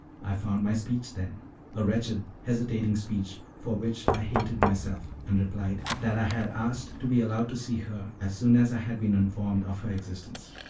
i found my speech then a wretched, hesitating speech, for which i hated myself and replied, that i had asked to be allowed to see her as soon as i had been informed of her existence.